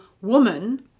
woman